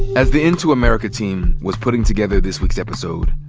as the into america team was putting together this week's episode,